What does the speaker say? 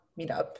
meetup